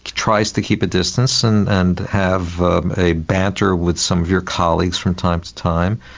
tries to keep a distance and and have a banter with some of your colleagues from time to time.